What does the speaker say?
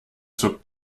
zuckt